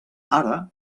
ara